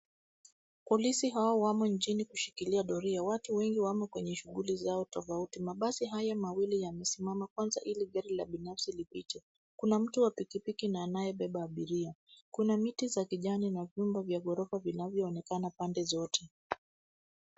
Polisi hawa wamo nchini kushikilia doria. Watu wengi wamo kwenye shughuli zao tofauti. Mabasi haya mawili yamesimama kwanza ili gari la kibinafsi lifije. Kuna dereva wa pikipiki anayebeba abiria. Kuna miti ya kijani na vyumba vya ghorofa vinavyoonekana pande zote.